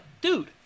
dude